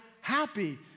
happy